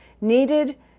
needed